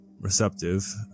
receptive